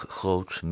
groot